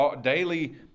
daily